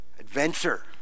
Adventure